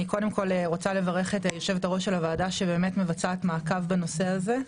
אני רוצה לברך את יושבת-ראש הוועדה שמבצעת מעקב בנושא הזה,